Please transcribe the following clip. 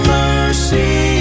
mercy